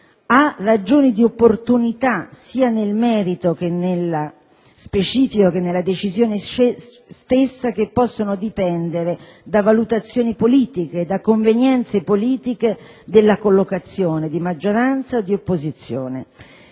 a ragioni di opportunità, sia nel merito specifico che nella decisione stessa, che possono dipendere da valutazioni politiche, da convenienze politiche della collocazione di maggioranza e di opposizione.